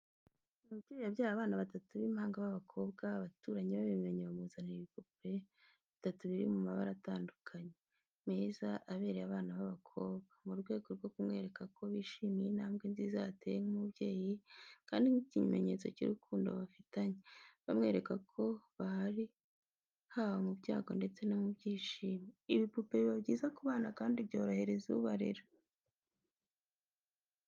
Umubyeyi yabyaye abana batatu b’impanga b’abakobwa. Abaturanyi babimenye, bamuzanira ibipupe bitatu biri mu mabara atandukanye, meza abereye abana b’abakobwa, mu rwego rwo kumwereka ko bishimiye intambwe nziza yateye nk’umubyeyi kandi nk’ikimenyetso cy’urukundo bafitanye. Bamwereka ko bahari haba mu byago ndetse no mu byishimo. Ibipupe biba byiza ku bana kandi byorohereza ubarera.